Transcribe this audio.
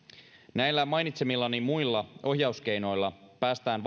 näillä mainitsemillani muilla ohjauskeinoilla päästään